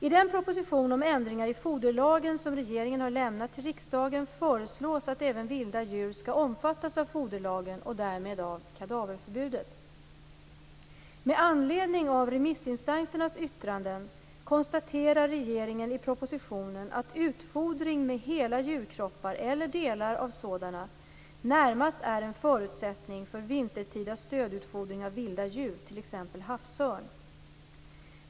I den proposition om ändringar i foderlagen som regeringen har lämnat till riksdagen föreslås att även vilda djur skall omfattas av foderlagen och därmed av "kadaverförbudet". Med anledning av remissinstansernas yttranden konstaterar regeringen i propositionen att utfodring med hela djurkroppar - eller delar av sådana - närmast är en förutsättning för vintertida stödutfodring av vilda djur, t.ex. havsörn.